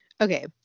Okay